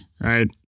Right